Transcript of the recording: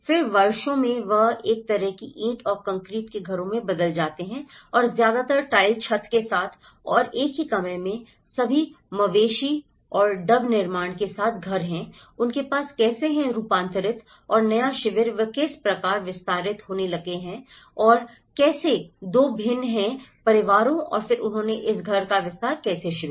फिर वर्षों में वे एक तरह की ईंट और कंक्रीट के घरों में बदल जाते हैं और ज्यादातर टाइल छत के साथ और एक ही कमरे में सभी मवेशी और डब निर्माण के साथ घर हैं उनके पास कैसे हैं रूपांतरित और नया शिविर वे किस प्रकार विस्तारित होने लगे हैं और कैसे दो भिन्न हैं परिवारों और फिर उन्होंने इस घर का विस्तार कैसे शुरू किया